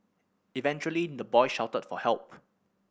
eventually the boy shouted for help